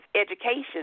education